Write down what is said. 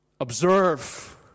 observe